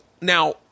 now